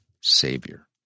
Savior